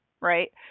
right